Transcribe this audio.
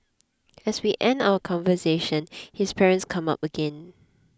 as we end our conversation his parents come up again